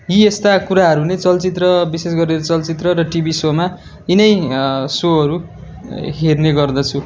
यी यस्ता कुराहरू नै चलचित्र विशेष गरेर चलचित्र र टिभी सोमा यिनै सोहरू हेर्ने गर्दछु